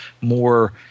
more